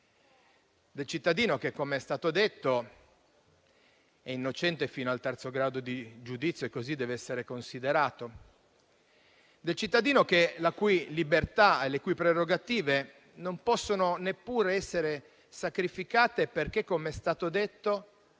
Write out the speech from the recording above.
cittadino che - come è stato detto - è innocente fino al terzo grado di giudizio e così deve essere considerato; cittadino le cui libertà e prerogative non possono neppure essere sacrificate perché questa legge,